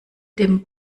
dem